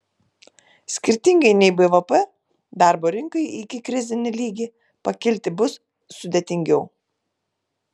skirtingai nei bvp darbo rinkai į ikikrizinį lygį pakilti bus sudėtingiau